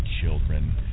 children